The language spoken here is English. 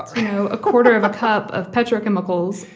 um a quarter of a cup of petrochemicals,